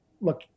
Look